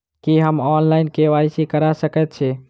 की हम online, KYC करा सकैत छी?